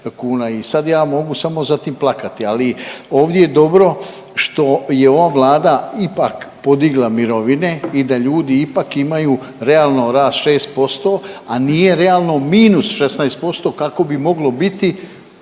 i sad ja mogu samo za tim plakati, ali ovdje je dobro što je ova Vlada ipak podigla mirovine i da ljudi ipak imaju realno rast 6%, a nije realno -16% kako bi moglo biti